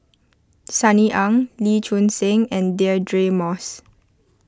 Sunny Ang Lee Choon Seng and Deirdre Moss